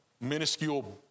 minuscule